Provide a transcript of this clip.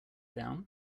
down